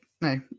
no